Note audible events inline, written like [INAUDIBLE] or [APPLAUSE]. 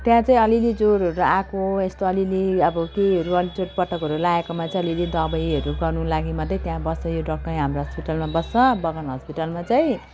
त्यहाँ चाहिँ अलिअलि ज्वरोहरू आएको यस्तो अलिअलि अब केहीहरू अलि चोटपटकहरू लागेकोमा चाहिँ अलिअलि दबाईहरू गर्नु लागि मात्रै त्यहाँ बस्छ यो [UNINTELLIGIBLE] हाम्रो हस्पिटलमा बस्छ बगान हस्पिटलमा चाहिँ